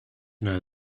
know